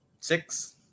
Six